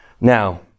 Now